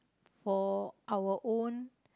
for our own